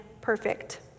perfect